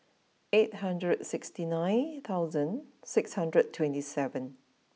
eight hundred sixty nine thousand six hundred twenty seven